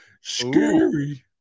scary